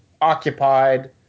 occupied